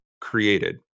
created